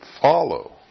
follow